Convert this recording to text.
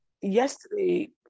yesterday